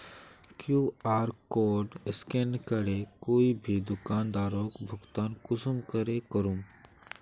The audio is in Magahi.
कियु.आर कोड स्कैन करे कोई भी दुकानदारोक भुगतान कुंसम करे करूम?